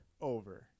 Over